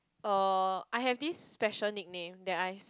uh I have this special nickname that I